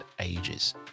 ages